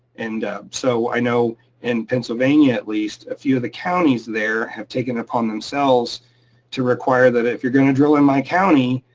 and so i know in pennsylvania, at least, a few of the counties there have taken upon themselves to require that, if you're gonna drill in my county,